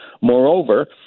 Moreover